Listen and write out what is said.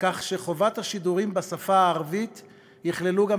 כך שחובת השידורים בשפה הערבית תכלול גם